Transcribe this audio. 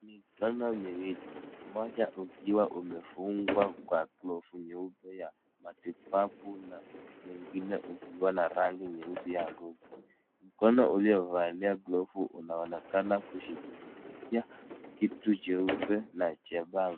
Mikono miwili. Moja ukiwa umefungwa kwa glovu nyeupe ya matibabu na mwingine ukiwa na rangi nyeusi ya ngozi. Mkono uliovaa glovu unaonekana kushikilisha kitu cheupe na chembamba.